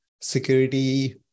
security